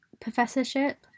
professorship